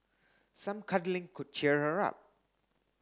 some cuddling could cheer her up